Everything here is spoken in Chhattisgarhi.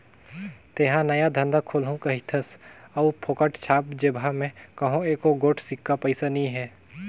तेंहा नया धंधा खोलहू कहिथस अउ फोकट छाप जेबहा में कहों एको गोट सिक्का पइसा नी हे